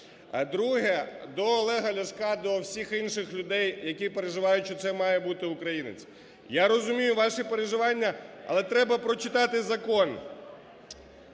Друге. До Олега Ляшка, до всіх інших людей, які переживають, що це має бути українець. Я розумію ваші переживання, але треба прочитати закон.